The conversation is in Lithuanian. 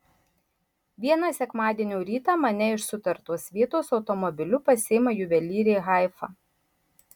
vieną sekmadienio rytą mane iš sutartos vietos automobiliu pasiima juvelyrė haifa